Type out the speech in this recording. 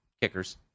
kickers